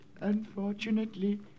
unfortunately